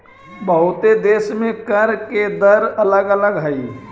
बहुते देश में कर के दर अलग अलग हई